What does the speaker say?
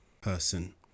person